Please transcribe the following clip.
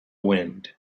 wind